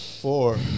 four